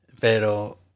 Pero